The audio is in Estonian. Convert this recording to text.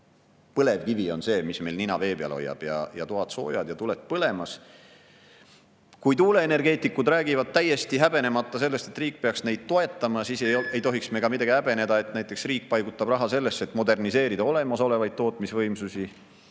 et põlevkivi on see, mis hoiab meil nina vee peal, toad soojad ja tuled põlemas. Kui tuuleenergeetikud räägivad täiesti häbenemata sellest, et riik peaks neid toetama, siis ei tohiks me ka häbeneda, kui näiteks riik paigutab raha sellesse, et moderniseerida olemasolevaid tootmisvõimsusi,